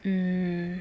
mm